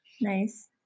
Nice